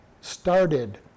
started